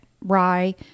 rye